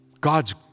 God's